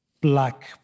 black